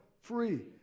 free